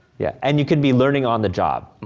yeah. and you can be learning on the job.